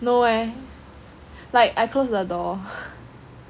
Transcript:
no eh like I close the door